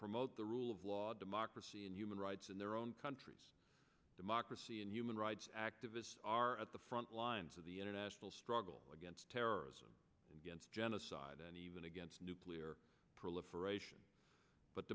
promote the rule of law democracy and human rights in their own countries democracy and human rights activists are at the front lines of the international struggle against terrorism against genocide and even against nuclear proliferation but